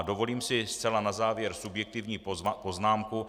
Dovolím si zcela na závěr subjektivní poznámku.